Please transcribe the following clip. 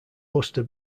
buster